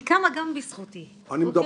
היא קמה גם בזכותי, אוקיי?